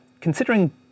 Considering